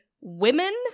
women